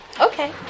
Okay